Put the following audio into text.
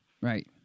Right